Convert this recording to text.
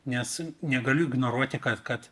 nes negaliu ignoruoti kad kad